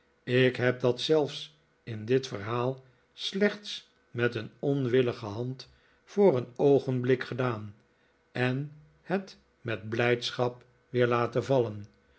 ik heb dat zelfs in dit verhaal slechts met een onwillige hand voor een oogenblik gedaan en het met blijdschap weer laten vallen